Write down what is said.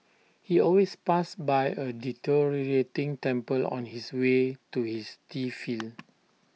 he always passed by A deteriorating temple on his way to his tea field